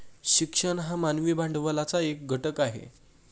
शिक्षण हा मानवी भांडवलाचा एक घटक आहे